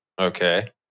Okay